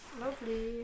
lovely